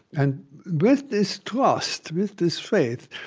and with this trust, with this faith,